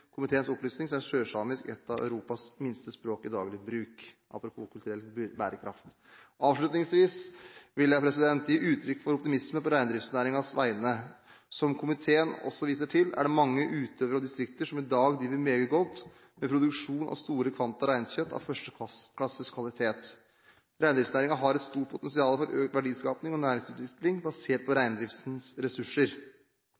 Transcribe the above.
komiteens opplysning er sørsamisk ett av Europas minste språk i daglig bruk – apropos kulturell bærekraft. Avslutningsvis vil jeg gi uttrykk for optimisme på reindriftsnæringens vegne. Som komiteen også viser til, er det mange utøvere og distrikter som i dag driver meget godt, med produksjon av store kvanta reinkjøtt av førsteklasses kvalitet. Reindriftsnæringen har et stort potensial for økt verdiskaping og næringsutvikling basert på